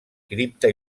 cripta